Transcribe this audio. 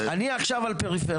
אני עכשיו על פריפריה.